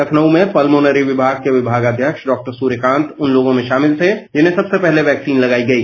लखनऊ में पलमोनरी विभाग के विभागाध्यक्ष डॉ सूर्यकांत उन लोगों में शामिल थे जिन्हें सबसे पहले वैक्सीन लगाई गई